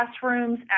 classrooms